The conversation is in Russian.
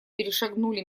перешагнули